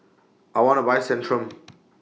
I want to Buy Centrum